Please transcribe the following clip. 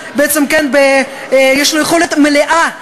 שיש לו יכולת מלאה,